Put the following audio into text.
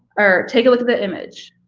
or take a look at the image.